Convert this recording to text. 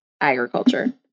agriculture